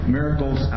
Miracles